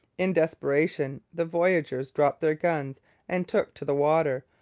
in desperation the voyageurs dropped their guns and took to the water,